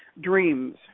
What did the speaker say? dreams